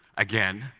again,